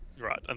Right